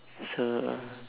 so